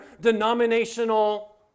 denominational